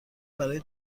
برای